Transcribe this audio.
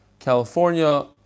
California